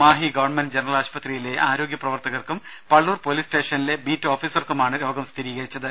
Mahe government general ആശുപത്രിയിലെ ആരോഗ്യ പ്രവർത്തകർക്കും പള്ളൂർ പോലീസ് സ്റ്റേഷനിലെ ബീറ്റ് ഓഫീസർക്കുമാണ് രോഗം സ്ഥിരീകരിച്ചത്